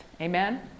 Amen